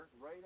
right